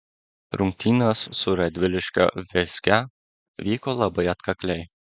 rungtynės su radviliškio vėzge vyko labai atkakliai